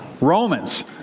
Romans